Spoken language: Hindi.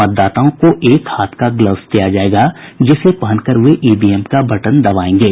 मतदाताओं को एक हाथ का ग्लव्स दिया जायेगा जिसे पहनकर वे ईवीएम का बटन दबायेंगे